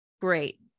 great